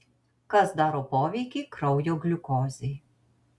kas daro poveikį kraujo gliukozei